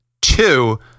Two